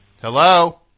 Hello